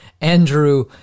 Andrew